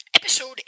Episode